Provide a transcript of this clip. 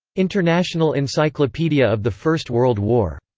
international encyclopedia of the first world war.